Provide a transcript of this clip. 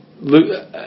look